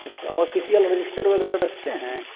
अच्छा official register वगैरह रखते हैं